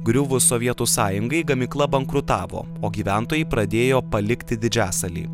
griuvus sovietų sąjungai gamykla bankrutavo o gyventojai pradėjo palikti didžiasalį